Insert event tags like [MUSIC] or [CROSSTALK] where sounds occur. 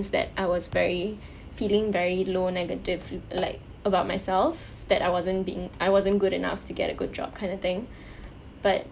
is that I was very feeling very low negative like about myself that I wasn't being I wasn't good enough to get a good job kind of thing [BREATH] but